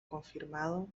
confirmado